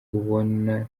ubona